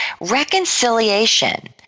reconciliation